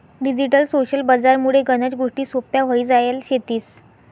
digital social बजार मुळे गनच गोष्टी सोप्प्या व्हई जायल शेतीस